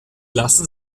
lassen